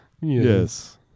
Yes